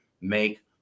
make